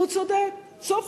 והוא צודק סוף-סוף,